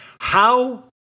How-